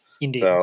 Indeed